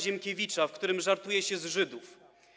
Ziemkiewicza, w którym żartuje się z Żydów?